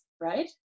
right